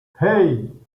hey